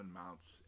mounts